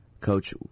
coach